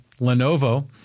Lenovo